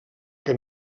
que